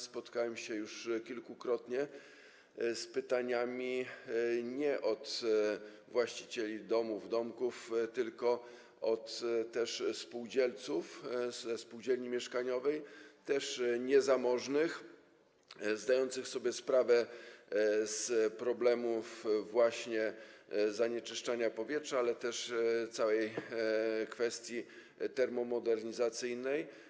Spotkałem się już kilkukrotnie z pytaniami nie od właścicieli domów, domków, tylko od spółdzielców ze spółdzielni mieszkaniowych, też niezamożnych, zdających sobie sprawę z problemów dotyczących właśnie zanieczyszczania powietrza, ale też całej kwestii termomodernizacji.